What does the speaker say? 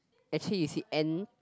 actually you see end